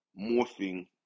morphing